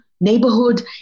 neighborhood